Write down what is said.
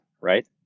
right